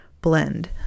blend